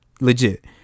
legit